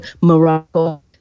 Morocco